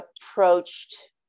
approached